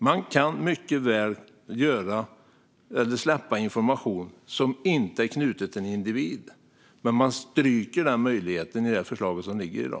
Man kan mycket väl släppa information som inte är knuten till en individ, men man stryker den möjligheten i förslaget som ligger i dag.